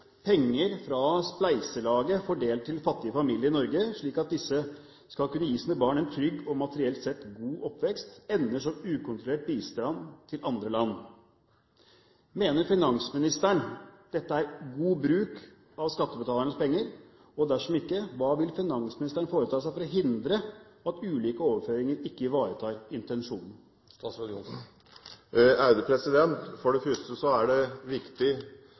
Penger fra spleiselaget fordelt på fattige familier i Norge, slik at disse skal kunne gi sine barn en trygg og materielt sett god oppvekst, ender som ukontrollert bistand til andre land. Mener finansministeren dette er god bruk av skattebetalernes penger? Dersom ikke, hva vil finansministeren foreta seg for å hindre at ulike overføringer ikke ivaretar intensjonen? For det første er det viktig